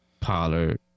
Pollard